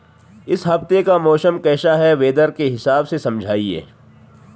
इस हफ्ते का मौसम कैसा है वेदर के हिसाब से समझाइए?